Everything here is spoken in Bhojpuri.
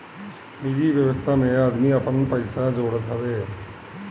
निजि व्यवस्था में आदमी आपन पइसा जोड़त हवे